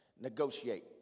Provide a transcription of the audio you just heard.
negotiate